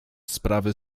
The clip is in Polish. sprawy